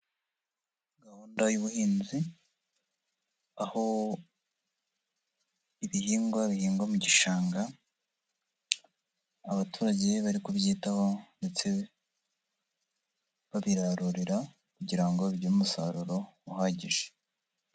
Gahunda y'ubuhinzi aho ibihingwa bihingwa mu gishanga, abaturage bari kubyitaho ndetse babiharurira kugira ngo bigire umusaruro uhagije.